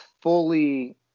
fully